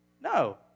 No